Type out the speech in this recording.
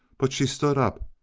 but she stood up,